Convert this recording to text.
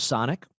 Sonic